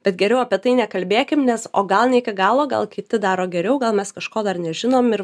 bet geriau apie tai nekalbėkim nes o gal ne iki galo gal kiti daro geriau gal mes kažko dar nežinom ir